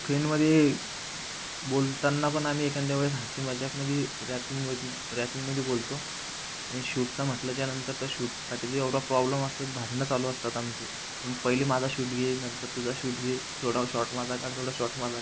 फ्रेंडमध्ये बोलताना पण आम्ही एखाद्या वेळेस हसी मजाकमध्ये रॅपिंग म रॅपिंगमध्ये बोलतो आणि शूटचं म्हटलंच्या नंतर त शूटसाठी एवढा प्रॉब्लेम असतो भांडणं चालू असताना आमची पहिले माझा शूट घे नंतर तुझा शूट घे थोडा शॉट माझा काढ थोडा शॉट माझा काढ